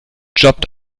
jobbt